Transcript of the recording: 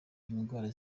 indwara